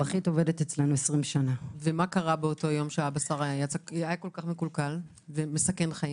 הטבחית עובדת 20 שנה ומה קרה באותו יום שהבשר היה מקולקל ומסכן חיים?